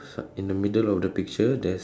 in the middle of the picture there's